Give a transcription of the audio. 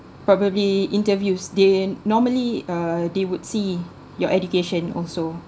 probably interviews they normally uh they would see your education also